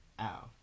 Ow